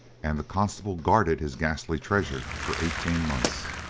and the constable guarded his ghastly treasure for eighteen months.